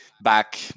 back